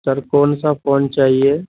سر کون سا فون چاہیے